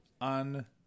on